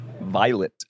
Violet